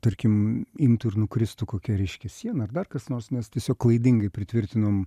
tarkim imtų ir nukristų kokia ryški siena ar dar kas nors nes tiesiog klaidingai pritvirtinom